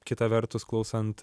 kita vertus klausant